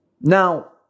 Now